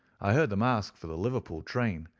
i heard them ask for the liverpool train,